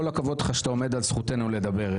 כל הכבוד לך שאתה עומד על זכותנו לדבר.